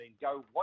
Go